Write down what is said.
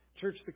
Church